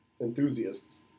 enthusiasts